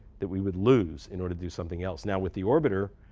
that we would lose in order to do something else. now with the orbiter,